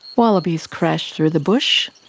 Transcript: wallabies crash through the bush.